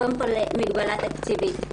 קודם כול, מגבלה תקציבית.